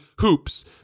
HOOPS